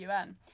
UN